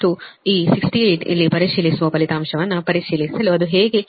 ಮತ್ತು ಈ 68 ಇಲ್ಲಿ ಪರಿಶೀಲಿಸುವ ಫಲಿತಾಂಶವನ್ನು ಪರಿಶೀಲಿಸಲು ಅದು ಹೇಗೆ 68